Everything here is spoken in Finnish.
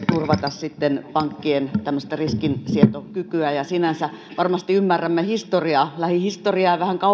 sitten pankkien tämmöistä riskinsietokykyä sinänsä varmasti ymmärrämme historiaa lähihistoriaa ja